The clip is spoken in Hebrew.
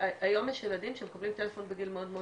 היום יש ילדים שמקבלים טלפון בגיל מאוד מאוד